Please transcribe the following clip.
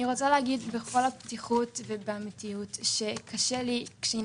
אני רוצה להגיד בכל הפתיחות ובאופן אמיתי שקשה לי כשאני